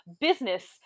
business